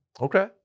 Okay